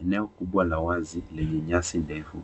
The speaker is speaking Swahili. Eneo kubwa la wazi lenye nyasi ndefu.